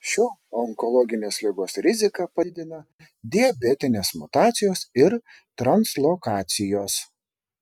šio onkologinės ligos riziką padidina diabetinės mutacijos ir translokacijos